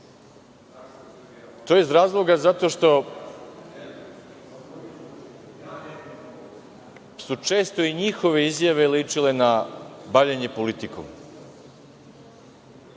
To je iz razloga zato što su često i njihove izjave ličile bavljenje politikom,